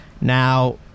now